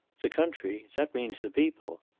the country? that means the people.